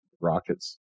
rockets